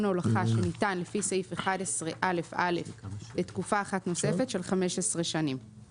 הולכה שניתן לפי סעיף 11א(א) לתקופה אחת נוספת של 15 שנים.";